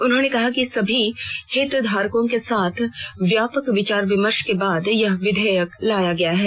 उन्होंने कहा कि सभी हितधारकों के साथ व्यापक विचार विमर्श के बाद यह विधेयक लाया गया है